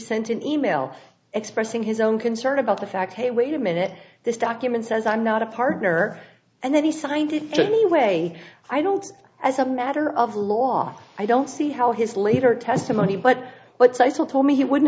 sent an e mail expressing his own concern about the fact hey wait a minute this document says i'm not a partner and then he signed it to anyway i don't as a matter of law i don't see how his later testimony but what title told me he